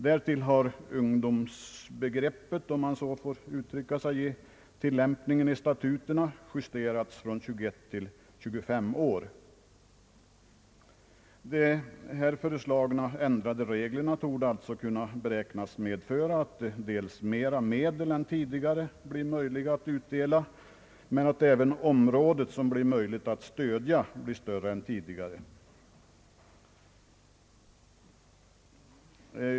Därtill har ungdomsbegreppet, om man så får uttrycka sig, i statuterna justerats från 21 till 25 år. De föreslagna ändrade reglerna beräknas medföra att det i ökad utsträckning blir möjligt att utdela medel ur fonden men även att de områden som kan stödjas blir fler än tidigare.